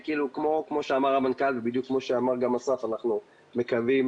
כמו שאמר המנכ"ל ובדיוק כמו שאמר אסף: אנו מקווים